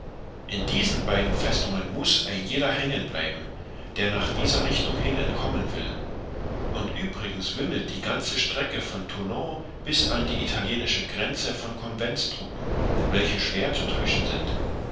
in diesen beiden festungen muß ein jeder hängen bleiben der nach dieser richtung hin entkommen will und übrigens wimmelt die ganze strecke von toulon bis an die italienische grenze von conventstruppen welche schwer zu täuschen sind